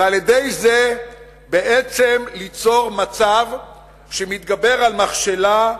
ועל-ידי זה בעצם ליצור מצב שמתגבר על מכשלה.